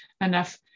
enough